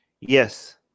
Yes